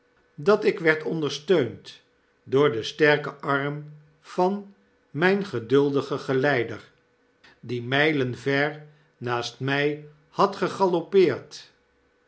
dat ik werd ondersteund door den sterken arm van mijn geduldigen geleider die mijlen ver naast mij had